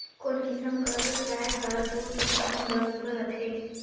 कोन किसम कर गाय हर दूध उत्पादन बर सुघ्घर रथे?